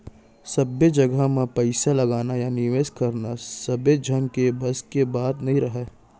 सब्बे जघा म पइसा लगाना या निवेस करना सबे झन के बस के बात नइ राहय